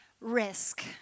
risk